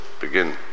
begin